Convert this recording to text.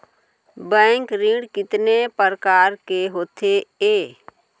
Bank ऋण कितने परकार के होथे ए?